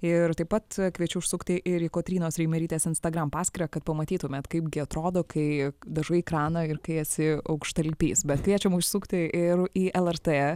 ir taip pat kviečiu užsukti ir į kotrynos reimerytės instagram paskyrą kad pamatytumėt kaip gi atrodo kai dažai kraną ir kai esi aukštalipys bet kviečiam užsukti ir į lrt